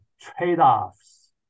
trade-offs